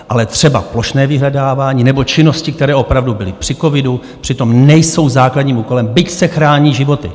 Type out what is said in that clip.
Ale třeba plošné vyhledávání nebo činnosti, které opravdu byly při covidu, přitom nejsou základním úkolem, byť se chrání životy.